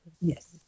Yes